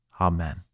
Amen